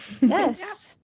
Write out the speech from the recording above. Yes